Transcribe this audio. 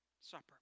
Supper